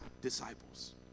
disciples